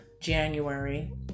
January